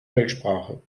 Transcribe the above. weltsprache